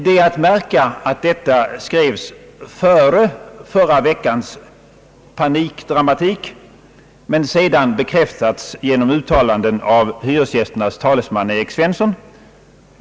Det är att märka att detta skrevs före förra veckans panikdramatik, men sedan bekräftats genom uttalanden av hyresgästernas talesman Erik Svensson.